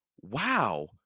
Wow